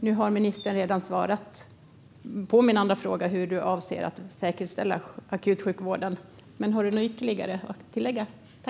Nu har ministern redan svarat på min andra fråga, som var hur hon avser att säkerställa akutsjukvården, men jag undrar om hon har något ytterligare att tillägga.